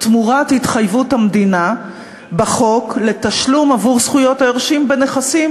תמורת התחייבות המדינה בחוק לתשלום עבור זכויות היורשים בנכסים,